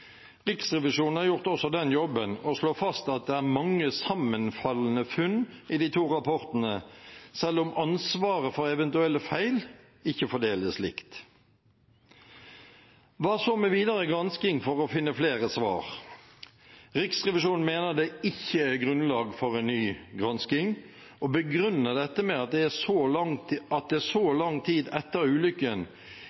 Riksrevisjonen har gjort også den jobben og slår fast at det er mange sammenfallende funn i de to rapportene, selv om ansvaret for eventuelle feil ikke fordeles likt. Hva så med videre gransking for å finne flere svar? Riksrevisjonen mener at det ikke er grunnlag for en ny gransking, og begrunner dette med at det så lang tid etter ulykken ikke er sannsynlig at det